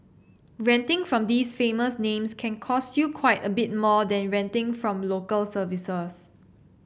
renting from these famous names can cost you quite a bit more than renting from Local Services